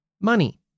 money